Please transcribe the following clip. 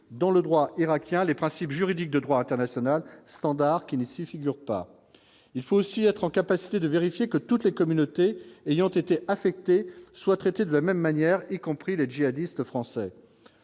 dans le droit irakien les principes juridiques de droit international standards qui initie figurent pas, il faut aussi être en capacité de vérifier que toutes les communautés ayant été affectés soient traités de la même manière, y compris les djihadistes français